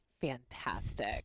fantastic